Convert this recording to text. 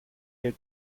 your